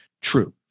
true